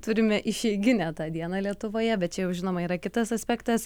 turime išeiginę tą dieną lietuvoje bet čia jau žinoma yra kitas aspektas